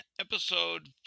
episode